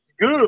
good